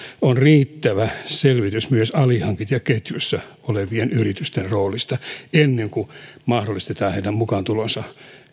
on riittävä selvitys myös alihankintaketjussa olevien yritysten roolista ennen kuin mahdollistetaan heidän mukaantulonsa